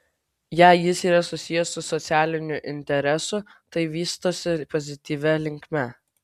jei jis yra susijęs su socialiniu interesu tai vystosi pozityvia linkme